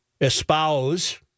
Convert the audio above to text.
Espouse